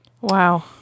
Wow